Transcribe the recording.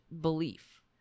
belief